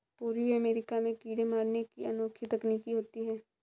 पूर्वी अमेरिका में कीड़े मारने की अनोखी तकनीक होती है